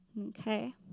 Okay